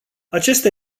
acesta